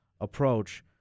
approach